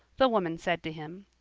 the woman said to him,